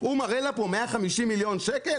הוא מראה לה פה 150 מיליון שקל?